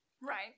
Right